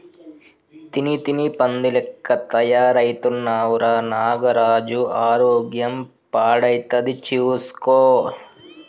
తిని తిని పంది లెక్క తయారైతున్నవ్ రా నాగరాజు ఆరోగ్యం పాడైతది చూస్కో